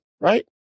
right